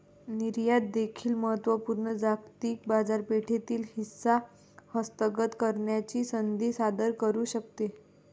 निर्यात देखील महत्त्व पूर्ण जागतिक बाजारपेठेतील हिस्सा हस्तगत करण्याची संधी सादर करू शकते